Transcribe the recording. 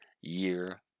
year